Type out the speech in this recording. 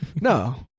No